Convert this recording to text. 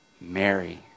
Mary